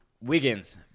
Wiggins